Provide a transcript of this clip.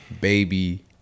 Baby